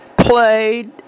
played